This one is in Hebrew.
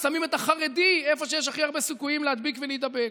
שמים את החרדי איפה שיש הכי הרבה סיכויים להדביק ולהידבק.